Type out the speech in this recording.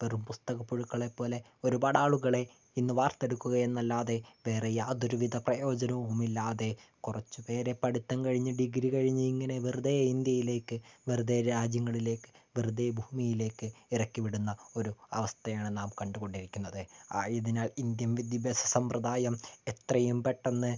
വെറും പുസ്തകപുഴുക്കളെപോലെ ഒരുപാട് ആളുകളെ ഇന്നു വാർത്തെടുക്കുക എന്നല്ലാതെ വേറെ യാതൊരു വിധ പ്രയോജനവും ഇല്ലാതെ കുറച്ചുപേരെ പഠിത്തം കഴിഞ്ഞ് ഡിഗ്രി കഴിഞ്ഞ് ഇങ്ങനെ വെറുതെ ഇന്ത്യയിലേക്ക് വെറുതെ രാജ്യങ്ങളിലേക്ക് വെറുതെ ഭൂമിയിലേക്ക് ഇറക്കി വിടുന്ന ഒരു അവസ്ഥയാണ് നാം കണ്ടു കൊണ്ടിരിക്കുന്നത് ആയതിനാൽ ഇന്ത്യൻ വിദ്യാഭ്യാസ സമ്പ്രദായം എത്രയും പെട്ടെന്ന്